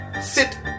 Sit